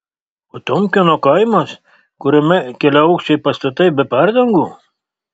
potiomkino kaimas kuriame keliaaukščiai pastatai be perdangų